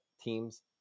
teams